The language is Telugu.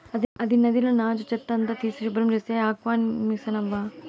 అది నదిల నాచు, చెత్త అంతా తీసి శుభ్రం చేసే ఆక్వామిసనవ్వా